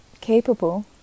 capable